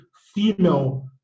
female